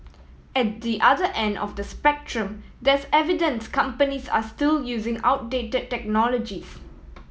at the other end of the spectrum there's evidence companies are still using outdate technologies